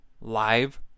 live